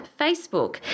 facebook